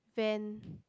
van